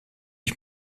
ich